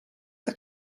que